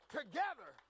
together